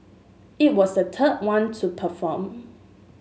it was the third one to perform